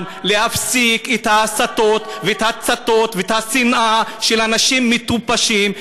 הגיע הזמן להפסיק את ההסתות ואת ההצתות ואת השנאה של אנשים מטופשים,